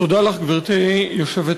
תודה לך, גברתי היושבת-ראש.